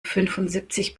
fünfundsiebzig